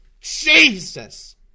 Jesus